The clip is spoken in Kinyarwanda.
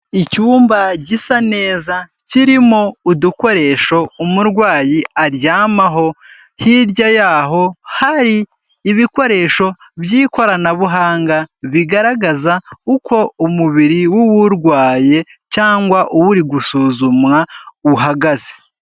Icyumba gisa neza kirimo udukoresho umurwayi aryamaho; hirya y'aho hari ibikoresho by'ikoranabuhanga bigaragaza uko umubiri w'uwurwaye cyangwa uwuri gusuzumwa uhagaze.